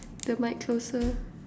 the mic closer